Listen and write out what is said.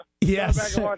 Yes